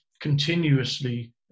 continuously